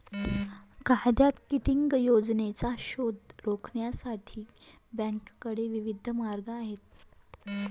कायद्यात किटिंग योजनांचा शोध रोखण्यासाठी बँकांकडे विविध मार्ग आहेत